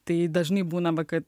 tai dažnai būna va kad